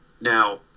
Now